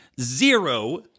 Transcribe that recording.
zero